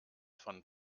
von